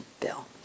bill